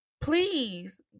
Please